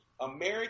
American